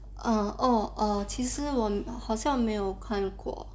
err orh err 其实我好像没有看过